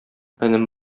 энем